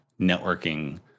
networking